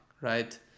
Right